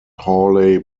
hawley